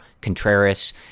Contreras